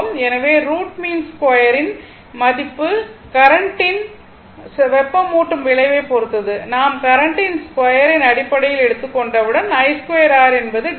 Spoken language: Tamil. எனவே ரூட் மீன் ஸ்கொயரின் மதிப்பு கரண்டின் வெப்பமூட்டும் விளைவைப் பொறுத்தது நாம் கரண்டின் ஸ்கொயர் இன் அடிப்படையில் எடுத்துக் கொண்டவுடன் i2r என்பது டி